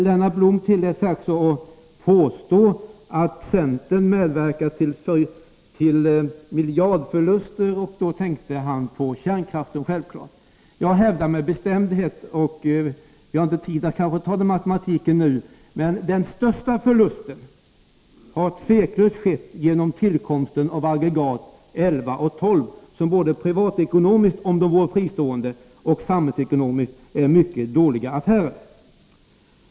Lennart Blom tillät sig påstå att centern medverkar till miljardförluster, och då tänkte han självfallet på kärnkraften. Jag hävdar med bestämdhet — jag har inte tid att dra den matematiken nu — att den största förlusten utan tvivel uppstått genom tillkomsten av aggregat 11 och 12, som både privatekonomiskt, om de vore fristående, och samhällsekonomiskt är mycket dåliga affärer. Centern var emot dessa förlustaffärer — så ej herr Blom.